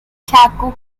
chaco